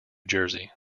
jersey